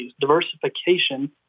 Diversification